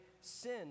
sin